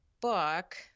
book